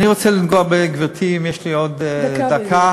אני רוצה לגעת, גברתי, אם יש לי עוד, דקה בדיוק.